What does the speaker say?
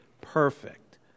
perfect